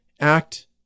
act